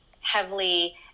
heavily